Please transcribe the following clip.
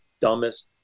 dumbest